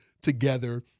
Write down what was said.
together